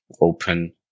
open